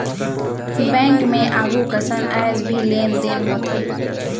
bank मे आघु कसन आयज भी लेन देन होथे